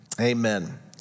Amen